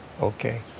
Okay